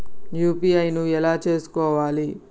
UPI ను ఎలా చేస్కోవాలి?